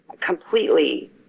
completely